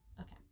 Okay